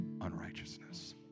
unrighteousness